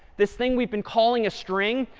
this thing we've been calling a string,